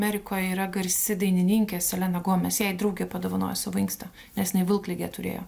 amerikoj yra garsi dainininkę selena gomes jai draugė padovanojo savo inkstą nes jinsi vilkligę turėjo